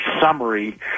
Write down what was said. summary